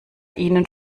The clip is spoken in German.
ihnen